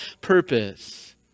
purpose